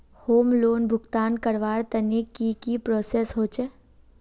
Home loan भुगतान करवार तने की की प्रोसेस होचे?